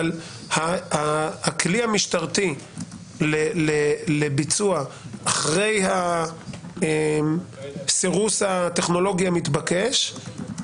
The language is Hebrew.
אבל הכלי המשטרתי לביצוע אחרי הסירוס הטכנולוגי המתבקש,